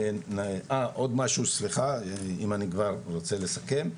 עוד משהו, אם אני כבר רוצה לסכם,